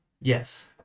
yes